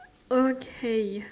okay